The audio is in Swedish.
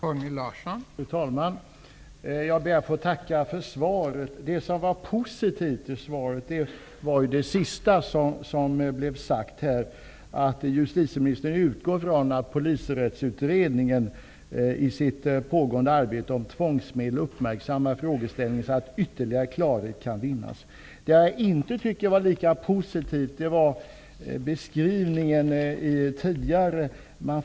Fru talman! Jag ber att få tacka för svaret. Det som var positivt i svaret var det sista som blev sagt, nämligen att justitieministern utgår från att Polisrättsutredningen uppmärksammar frågeställningen i sitt pågående arbete om tvångsmedel så att ytterligare klarhet kan vinnas. Däremot tycker jag inte att den föregående beskrivningen var lika positiv.